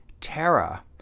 Terra